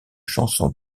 chanson